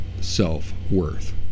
self-worth